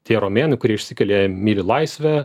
tie romėnai kurie išsikelia myli laisvę